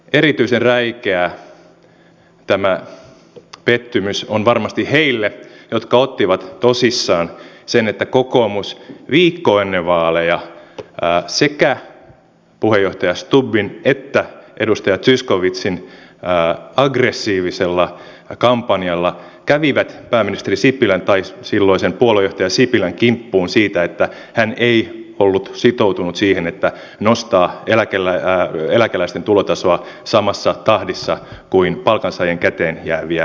erityisen räikeä tämä pettymys on varmasti heille jotka ottivat tosissaan sen että kokoomus viikkoa ennen vaaleja sekä puheenjohtaja stubbin että edustaja zyskowiczin agg ressiivisella kampanjalla kävi pääministeri sipilän tai silloisen puoluejohtaja sipilän kimppuun siitä että hän ei ollut sitoutunut siihen että nostaa eläkeläisten tulotasoa samassa tahdissa kuin palkansaajien käteenjääviä ansioita